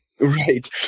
Right